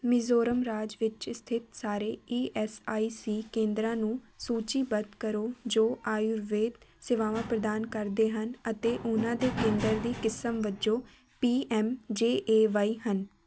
ਮਿਜ਼ੋਰਮ ਰਾਜ ਵਿੱਚ ਸਥਿਤ ਸਾਰੇ ਈ ਐੱਸ ਆਈ ਸੀ ਕੇਂਦਰਾਂ ਨੂੰ ਸੂਚੀਬੱਧ ਕਰੋ ਜੋ ਆਯੁਰਵੇਦ ਸੇਵਾਵਾਂ ਪ੍ਰਦਾਨ ਕਰਦੇ ਹਨ ਅਤੇ ਉਹਨਾਂ ਦੇ ਕੇਂਦਰ ਦੀ ਕਿਸਮ ਵਜੋਂ P M J A Y ਹਨ